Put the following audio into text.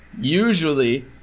Usually